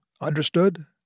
Understood